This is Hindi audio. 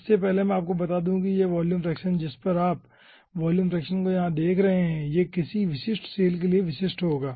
इससे पहले मैं आपको बता दूं कि यह वॉल्यूम फ्रेक्शन आप जिस भी वॉल्यूम फ्रैक्शन को यहां देख रहे हैं वह किसी विशिष्ट सैल के लिए विशिष्ट होगा